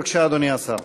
בבקשה, אדוני השר.